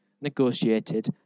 negotiated